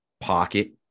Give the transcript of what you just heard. pocket